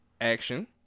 action